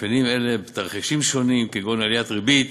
מאפיינים אלה, בתרחישים שונים, כגון עליית ריבית